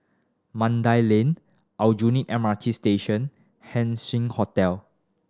Mandai Lake Aljunied M R T Station and Haising Hotel